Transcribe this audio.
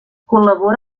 col·labora